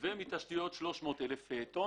300 אלף טון מתשתיות.